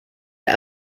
der